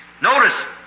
Notice